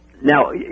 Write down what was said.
Now